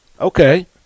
Okay